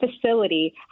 facility